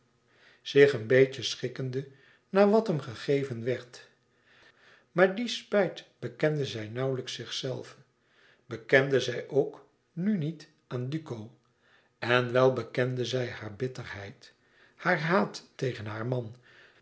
zich een beetje schikkende naar wat hem gegeven werd maar die spijt bekende zij nauwlijks zichzelve bekende zij ook nu niet aan duco en wèl bekende zij haar bitterheid haar haat tegen haar man